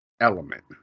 element